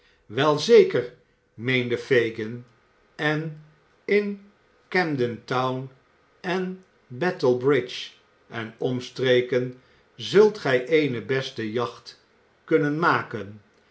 wel zeker meende fagin en in c a mden town en battle bridge en omstreken zult gij eene beste jacht kunnen maken